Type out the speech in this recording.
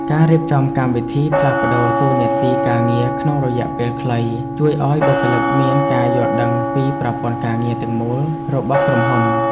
ការរៀបចំកម្មវិធីផ្លាស់ប្តូរតួនាទីការងារក្នុងរយៈពេលខ្លី ជួយឱ្យបុគ្គលិកមានការយល់ដឹងពីប្រព័ន្ធការងារទាំងមូលរបស់ក្រុមហ៊ុន។